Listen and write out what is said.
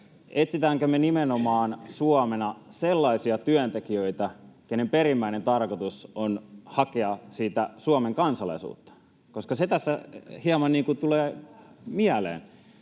etsitäänkö me Suomena nimenomaan sellaisia työntekijöitä, joiden perimmäinen tarkoitus on hakea Suomen kansalaisuutta, koska se tässä hieman tulee mieleen.